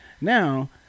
Now